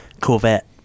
Corvette